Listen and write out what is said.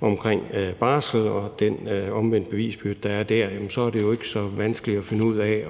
omkring barsel og den omvendte bevisbyrde, der er der, jamen så er det jo ikke så vanskeligt at finde ud af,